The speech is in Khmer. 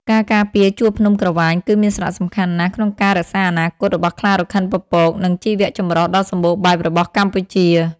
ការការពារជួរភ្នំក្រវាញ គឺមានសារៈសំខាន់ណាស់ក្នុងការរក្សាអនាគតរបស់ខ្លារខិនពពក និងជីវៈចម្រុះដ៏សម្បូរបែបរបស់កម្ពុជា។